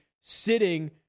sitting